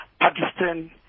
Pakistan